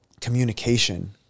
communication